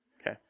Okay